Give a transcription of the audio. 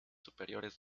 superiores